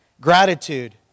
Gratitude